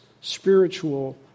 spiritual